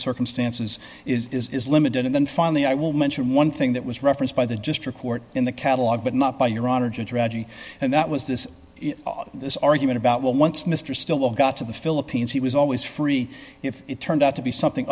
circumstances is limited and then finally i will mention one thing that was referenced by the district court in the catalog but not by your honor judge reggie and that was this this argument about well once mr stillwell got to the philippines he was always free if it turned out to be something